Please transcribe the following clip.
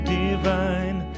divine